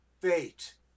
fate